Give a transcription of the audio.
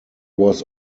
was